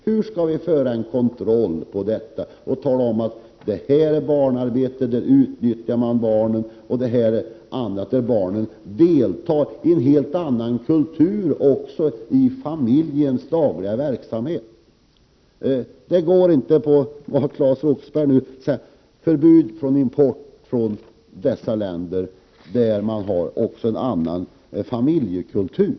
Hur skall vi kunna kontrollera detta och tala om att det är barnarbete, att barnen utnyttjas, där barnen i en helt annan kultur också deltar i familjens dagliga verksamhet? Vi kan inte gå med på Claes Roxberghs krav på förbud mot en import från länder med en annan familjekultur.